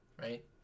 right